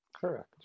Correct